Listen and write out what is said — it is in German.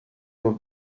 nur